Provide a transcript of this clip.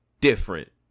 different